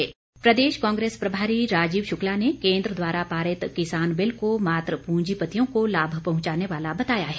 कांग्रेस शुक्ला प्रदेश कांग्रेस प्रभारी राजीव शुक्ला ने केन्द्र द्वारा पारित किसान बिल को मात्र प्रंजीपतियों को लाभ पहुंचाने वाला बताया है